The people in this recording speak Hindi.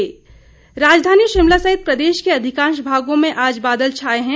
मौसम राजधानी शिमला सहित प्रदेश के अधिकांश भागों में आज बादल छाए हैं